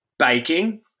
baking